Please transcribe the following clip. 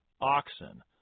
oxen